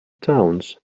towns